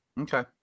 Okay